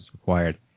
required